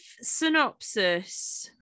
synopsis